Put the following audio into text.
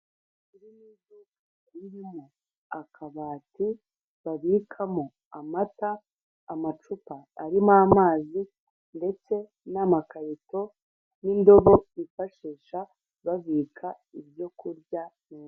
Iri ni iduka ririmo akabati babikamo amata, amacupa arimo amazi ndetse n'amakarito n'indobo bifashisha babika ibyo kurya.